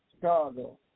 Chicago